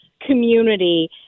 community